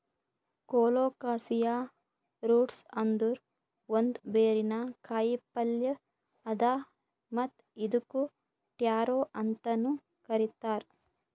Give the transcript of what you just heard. colocasia roots ಅಂದುರ್ ಒಂದ್ ಬೇರಿನ ಕಾಯಿಪಲ್ಯ್ ಅದಾ ಮತ್ತ್ ಇದುಕ್ ಟ್ಯಾರೋ ಅಂತನು ಕರಿತಾರ್